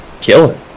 killing